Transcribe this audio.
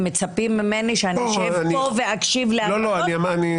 מצפים ממני שאני אשב פה ואקשיב להסתייגויות?